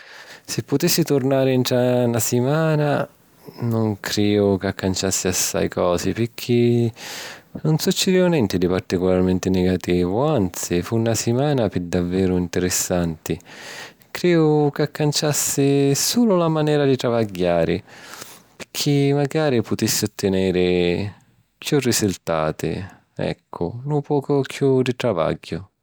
Si iu putissi turnari ‘ntra na simana, nun criju ca canciassi assai cosi picchì nun succidìu nenti di particularmenti nigativu. Anzi, fu na simana pi daveru ntirissanti. Criju ca canciassi sulu la manera di travagghiari picchì macari putissi ottèniri chiù risultati. Ecco, un poco chiù di travagghiu